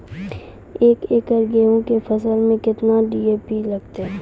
एक एकरऽ गेहूँ के फसल मे केतना डी.ए.पी लगतै?